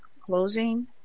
closing